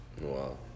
Wow